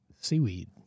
Seaweed